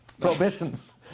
prohibitions